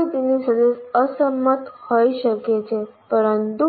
કોઈ તેની સાથે અસંમત હોઈ શકે છે પરંતુ